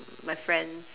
my friends